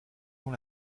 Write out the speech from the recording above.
ont